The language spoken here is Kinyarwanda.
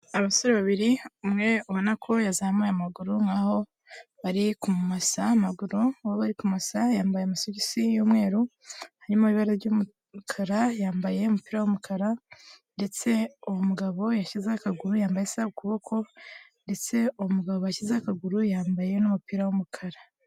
Abasore babiri umwe ubona ko yazamuye amaguru nkaho bari ku mumasa amaguru, uwo bari ku masa yambaye amasogisi y'umweru, hanyuma ibara ry'umukara yambaye n'umupira w'umukara, ndetse uwo mugabo yashyizeho akaguru yambaye isaha ku kuboko ndetse umugabo bashyizeho akaguru yambaye n'umupira w'umukara.